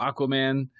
Aquaman